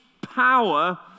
power